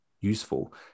useful